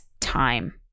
time